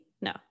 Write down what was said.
No